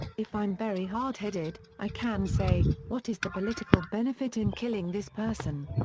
if i'm very hard-headed, i can say, what is the political benefit in killing this person?